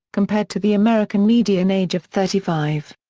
compared to the american median age of thirty five.